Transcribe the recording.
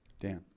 Dan